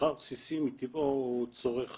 מחקר בסיסי מטבעו צורך המון,